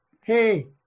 hey